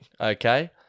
Okay